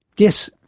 yes,